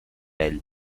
ell